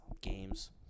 Games